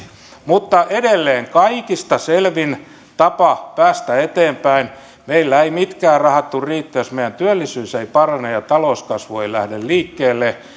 mutta edelleen kaikista selvin tapa päästä eteenpäin meillä eivät mitkään rahat tule riittämään jos meidän työllisyys ei parane ja talouskasvu ei lähde liikkeelle